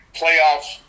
playoffs